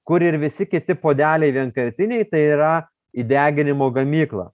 kur ir visi kiti puodeliai vienkartiniai tai yra į deginimo gamyklą